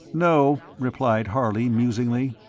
no, replied harley, musingly,